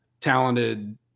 talented